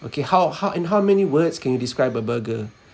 okay how how in how many words can you describe a burger